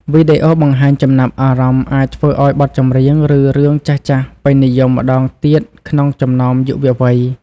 វីដេអូបង្ហាញចំណាប់អារម្មណ៍អាចធ្វើឱ្យបទចម្រៀង ឬរឿងចាស់ៗពេញនិយមម្តងទៀតក្នុងចំណោមយុវវ័យ។